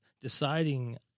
deciding